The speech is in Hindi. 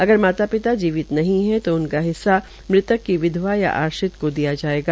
अगर माता पिता जीवित नहीं है तो उनका हिस्सा मृतक की विध्वा या आश्रित को दिया जायेगा